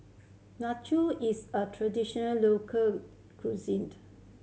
Nacho is a traditional local cuisine